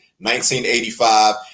1985